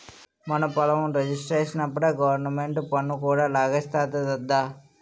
మన పొలం రిజిస్ట్రేషనప్పుడే గవరమెంటు పన్ను కూడా లాగేస్తాది దద్దా